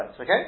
Okay